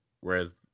whereas